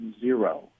zero